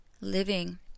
living